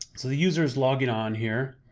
so the user's logging on here